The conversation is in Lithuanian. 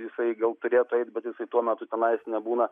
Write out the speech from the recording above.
jisai gal turėtų eit bet jisai tuo metu tenai nebūna